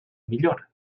millor